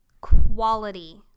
quality